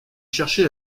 chercher